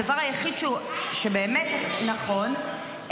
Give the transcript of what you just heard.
הדבר היחיד שבאמת נכון,